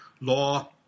Law